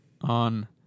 on